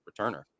returner